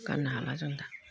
गाननो हाला जों दा